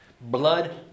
Blood